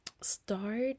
start